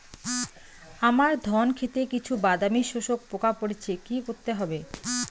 আমার ধন খেতে কিছু বাদামী শোষক পোকা পড়েছে কি করতে হবে?